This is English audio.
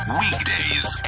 weekdays